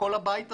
כל הבית הזה.